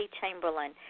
Chamberlain